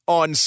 on